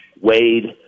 Wade